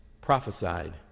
prophesied